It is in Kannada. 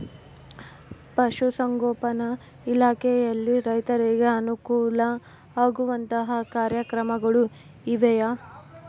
ಪಶುಸಂಗೋಪನಾ ಇಲಾಖೆಯಲ್ಲಿ ರೈತರಿಗೆ ಅನುಕೂಲ ಆಗುವಂತಹ ಕಾರ್ಯಕ್ರಮಗಳು ಇವೆಯಾ?